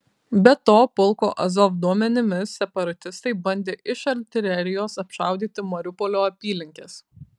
be to pulko azov duomenimis separatistai bandė iš artilerijos apšaudyti mariupolio apylinkes